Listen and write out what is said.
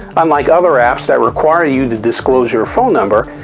unlike other apps that require you to disclose your phone number,